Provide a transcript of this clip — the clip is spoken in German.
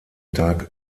tag